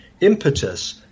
impetus